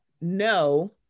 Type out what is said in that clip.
no